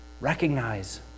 Recognize